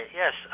yes